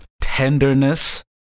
tenderness